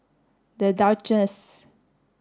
The Duchess